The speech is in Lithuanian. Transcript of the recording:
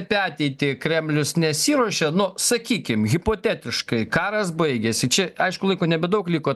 apie ateitį kremlius nesiruošia nu sakykim hipotetiškai karas baigėsi čia aišku laiko nebedaug liko